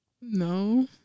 No